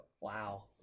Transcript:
Wow